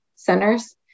Centers